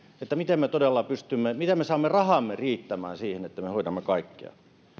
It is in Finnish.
niin miten me todella saamme rahamme riittämään siihen että me hoidamme kaikkia